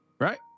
right